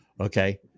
okay